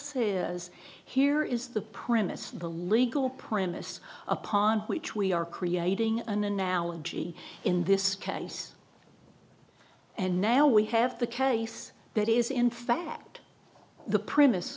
says here is the premise the legal premise upon which we are creating an analogy in this case and now we have the case that is in fact the premise